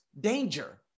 danger